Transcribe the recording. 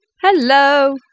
Hello